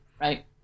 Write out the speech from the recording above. right